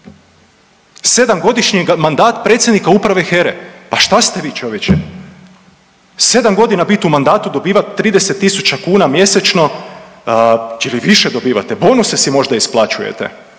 7 godišnji mandat predsjednika uprave HERE. Pa šta ste vi čovječe? 7 godina biti u mandatu dobivat 30.000 kuna mjesečno ili više dobivate, bonuse si možda isplaćujete,